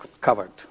covered